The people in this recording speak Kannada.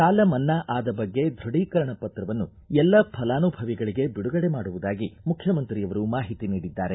ಸಾಲ ಮನ್ನಾ ಆದ ಬಗ್ಗೆ ದೃಢಿಕರಣ ಪತ್ರವನ್ನು ಎಲ್ಲ ಫಲಾನುಭವಿಗಳಿಗೆ ಬಿಡುಗಡೆ ಮಾಡುವುದಾಗಿ ಮುಖ್ಚಮಂತ್ರಿಯವರು ಮಾಹಿತಿ ನೀಡಿದ್ದಾರೆ